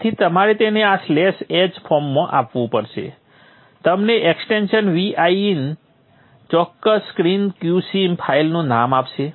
તેથી તમારે તેને આ સ્લેશ h ફોર્મમાં આપવું પડશે તમને એક્સટેન્શન Vin ચોક્કસ સ્ક્રીન q સિમ ફાઇલનું નામ આપશે